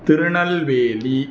तिरणल् वेली